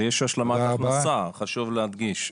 יש השלמת הכנסה, חשוב להדגיש.